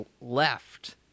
left